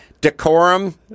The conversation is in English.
decorum